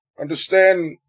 understand